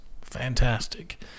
fantastic